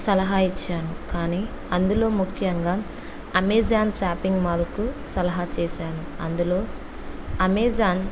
సలహా ఇచ్చాను కానీ అందులో ముఖ్యంగా అమెజాన్ షాపింగ్ మాల్కు సలహా చేసాను అందులో అమెజాన్